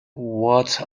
what